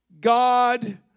God